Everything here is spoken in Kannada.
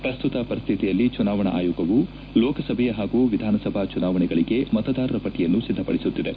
ಪ್ರಸ್ತುತ ಪರಿಸ್ವಿತಿಯಲ್ಲಿ ಚುನಾವಣಾ ಆಯೋಗವು ಲೋಕಸಭೆ ಹಾಗೂ ವಿಧಾನಸಭಾ ಚುನಾವಣೆಗಳಿಗೆ ಮತದಾರರ ಪಟ್ಟಿಯನ್ನು ಸಿದ್ಧಪಡಿಸುತ್ತಿದೆ